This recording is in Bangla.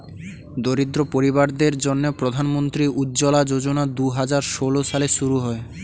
দরিদ্র পরিবারদের জন্যে প্রধান মন্ত্রী উজ্জলা যোজনা দুহাজার ষোল সালে শুরু হয়